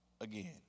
again